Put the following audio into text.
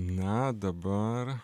na dabar